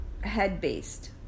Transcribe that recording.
head-based